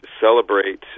celebrate